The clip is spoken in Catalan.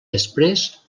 després